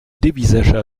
dévisagea